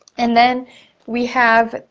and then we have,